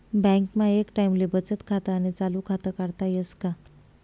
बँकमा एक टाईमले बचत खातं आणि चालू खातं काढता येस का?